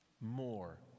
more